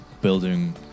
building